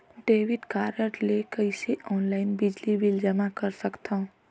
Debit card ले कइसे online बिजली बिल जमा कर सकथव?